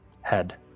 head